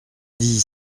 dix